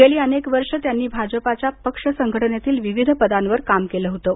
गेली अनेक वर्षे त्यांनी भाजपाच्या पक्ष संघटनेतील विविध पदांवर काम केलं होतं